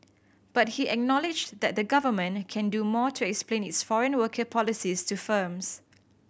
but he acknowledged that the Government can do more to explain its foreign worker policies to firms